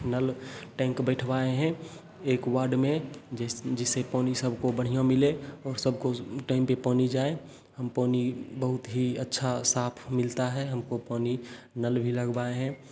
नल tank बिठवाएँ हैं एक वार्ड में जिस जिससे पानी सबको बढ़िया मिले और सबको टाइम पर पानी जाए हम पानी बहुत ही अच्छा साफ़ मिलता है हमको पानी नल भी लगवाए हैं